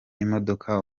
imodoka